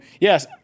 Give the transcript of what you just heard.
yes